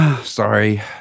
sorry